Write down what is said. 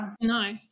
No